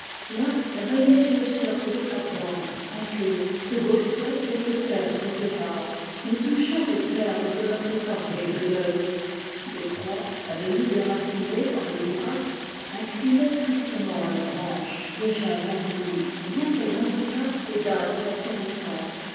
là régnait une sorte de plate bande inculte que bossuaient quelques tertres épars nous touchions au terme de notre corvée de deuil des croix à demi déracinées par les bourrasques inclinaient tristement leurs branches déjà vermoulues bien qu'elles indiquassent des dates assez récentes